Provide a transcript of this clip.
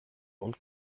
und